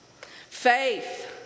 Faith